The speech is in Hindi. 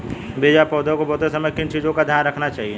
बीज या पौधे को बोते समय किन चीज़ों का ध्यान रखना चाहिए?